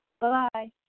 Bye-bye